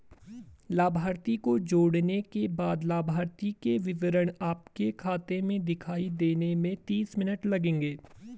लाभार्थी को जोड़ने के बाद लाभार्थी के विवरण आपके खाते में दिखाई देने में तीस मिनट लगेंगे